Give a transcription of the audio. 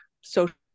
social